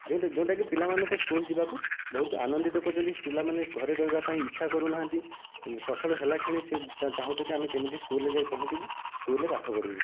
ଯେଉଁଟା ଯେଉଁଟା କି ପିଲାମାନଙ୍କ ସ୍କୁଲ୍ ଯିବାକୁ ବହୁତ ଆନନ୍ଦିତ କରୁଛନ୍ତି ପିଲାମାନେ ଘରେ ରହିବା ପାଇଁ ଇଚ୍ଛା କରୁନାହାନ୍ତି ସକାଳ ହେଲା କ୍ଷଣି ସେ ଚାହୁଁଛନ୍ତି ଆମେ କେମିତି ସ୍କୁଲ୍ରେ ଯାଇ ପହଞ୍ଚିବୁ ସ୍କୁଲ୍ରେ ପାଠ ପଢ଼ିବୁ